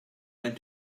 went